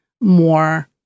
more